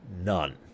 none